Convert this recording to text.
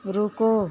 रुको